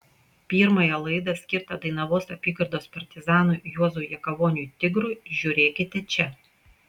pirmąją laidą skirtą dainavos apygardos partizanui juozui jakavoniui tigrui žiūrėkite čia